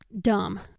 dumb